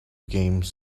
games